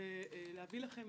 ולהביא לכם